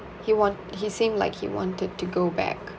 he want he seemed like he wanted to go back